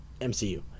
MCU